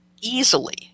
easily